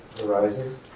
arises